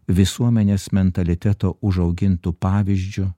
visuomenės mentaliteto užaugintu pavyzdžiu